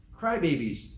crybabies